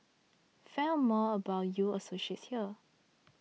find out more about U Associates here